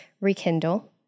rekindle